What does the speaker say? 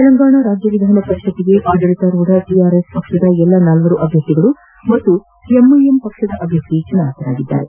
ತೆಲಂಗಾಣ ರಾಜ್ಯ ವಿಧಾನಪರಿಷತ್ಗೆ ಆಡಳಿತಾರೂಢ ಟಿಆರ್ಎಸ್ ಪಕ್ಷದ ಎಲ್ಲ ನಾಲ್ವರು ಅಭ್ಯರ್ಥಿಗಳು ಹಾಗೂ ಎಂಐಎಂ ಪಕ್ಷದ ಅಭ್ಯರ್ಥಿ ಚುನಾಯಿತರಾಗಿದ್ದಾರೆ